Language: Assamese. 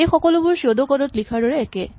এই সকলোবোৰ চিয়ড' কড ত লিখাৰ দৰে একেই